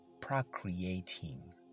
procreating